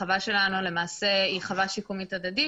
החווה שלנו היא חווה שיקומית הדדית,